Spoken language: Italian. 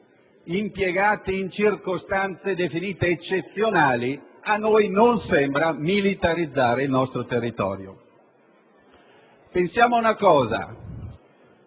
soldati in circostanze definite eccezionali a noi non sembra militarizzare il nostro territorio. Domandiamoci: